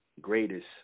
greatest